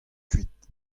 kuit